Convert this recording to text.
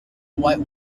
white